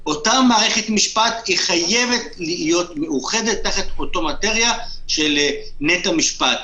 אותה מערכת משפט חייבת להיות מאוחדת תחת אותה מטריה של נט"ע משפט,